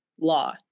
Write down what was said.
law